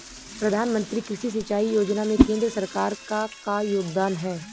प्रधानमंत्री कृषि सिंचाई योजना में केंद्र सरकार क का योगदान ह?